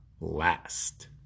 last